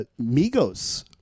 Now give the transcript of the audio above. Migos